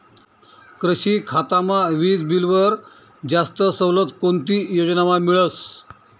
कृषी खातामा वीजबीलवर जास्त सवलत कोणती योजनामा मिळस?